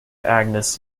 agnes